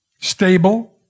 stable